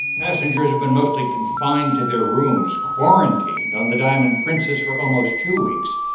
passengers have been mostly confined to their rooms, quarantined on the diamond princess for almost two weeks.